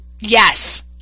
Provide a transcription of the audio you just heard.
yes